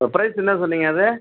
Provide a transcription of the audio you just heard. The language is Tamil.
பிரைஸ் என்ன சொன்னிங்க அது